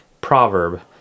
proverb